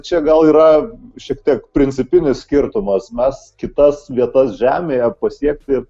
čia gal yra šiek tiek principinis skirtumas mes kitas vietas žemėje pasiekti